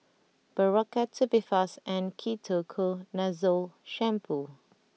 Berocca Tubifast and Ketoconazole Shampoo